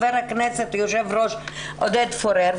יושב ראש הוועדה עודד פורר,